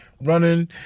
running